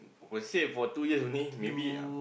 will save for two years only maybe um